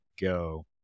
go